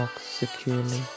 securely